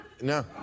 No